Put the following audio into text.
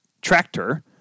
Tractor